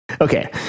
Okay